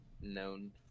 known